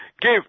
give